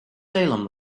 salem